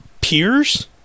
peers